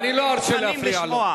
שמוכנים לשמוע